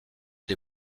des